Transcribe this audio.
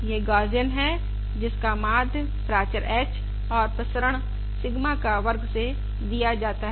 यह गौसियन है जिसका माध्य प्राचर h और प्रसरण सिगमा का वर्ग से दिया जाता है